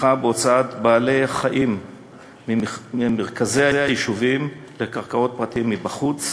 בתמיכה בהוצאת בעלי-החיים ממרכזי היישובים לקרקעות פרטיות בחוץ,